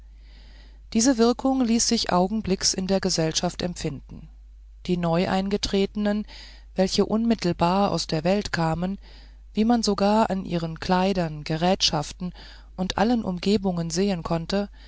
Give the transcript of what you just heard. diese wirkung ließ sich augenblicks in der gesellschaft empfinden die neueintretenden welche unmittelbar aus der welt kamen wie man sogar an ihren kleidern gerätschaften und allen umgebungen sehen konnte